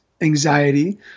anxiety